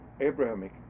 Abrahamic